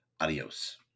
Adios